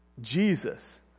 Jesus